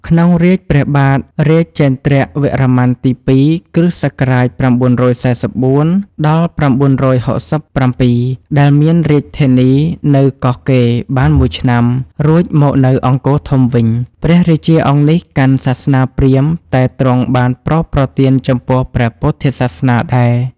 ក្នុងរាជ្យព្រះបាទរាជេន្ទ្រវរ្ម័នទី២ (គ.ស ៩៤៤-៩៦៧) ដែលមានរាជធានី នៅកោះកេរបានមួយឆ្នាំ រួចមកនៅអង្គរធំវិញ ព្រះរាជាអង្គនេះកាន់សាសនាព្រាហ្មណ៍ តែទ្រង់បានប្រោសប្រទានចំពោះព្រះពុទ្ធសាសនាដែរ ។